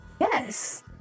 yes